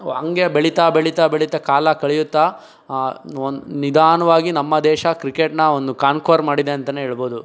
ಹಾಗೆ ಬೆಳೀತಾ ಬೆಳೀತಾ ಬೆಳೀತಾ ಕಾಲ ಕಳೆಯುತ್ತಾ ಒಂದು ನಿಧಾನವಾಗಿ ನಮ್ಮ ದೇಶ ಕ್ರಿಕೆಟ್ನ ಒಂದು ಕಾನ್ಕ್ವರ್ ಮಾಡಿದೆ ಅಂತಲೇ ಹೇಳ್ಬೋದು